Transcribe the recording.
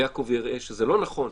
ויעקב יראה שזה לא נכון,